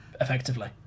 Effectively